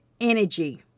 energy